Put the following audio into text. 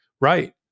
right